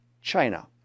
China